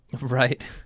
Right